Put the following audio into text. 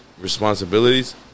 responsibilities